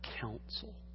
counsel